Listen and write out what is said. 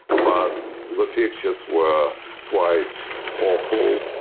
but the pictures were quite awful.